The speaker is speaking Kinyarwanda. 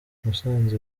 musanze